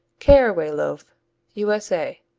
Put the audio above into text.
caraway loaf u s a.